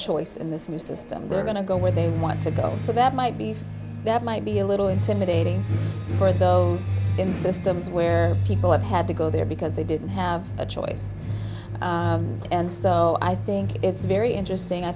choice in this new system they're going to go where they want to go so that might be that might be a little intimidating for the bells in systems where people have had to go there because they didn't have a choice and cell i think it's very interesting i